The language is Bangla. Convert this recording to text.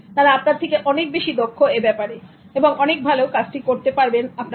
তারা আপনার থেকে অনেক বেশি দক্ষ এ ব্যাপারে এবং অনেক ভালো কাজটি করতে পারবেন আপনার থেকে